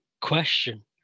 question